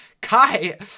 Kai